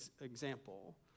example